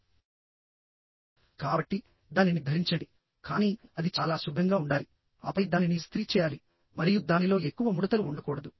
కాబట్టి దానిని ధరించండి కానీ అది చాలా శుభ్రంగా ఉండాలి ఆపై దానిని ఇస్త్రీ చేయాలి మరియు దానిలో ఎక్కువ ముడతలు ఉండకూడదు